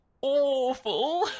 awful